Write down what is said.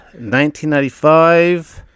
1995